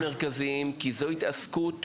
מרכזים, כי זו התעסקות